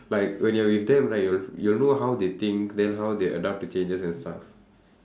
like when you are with them right you will know how they think then how they adapt to changes and stuff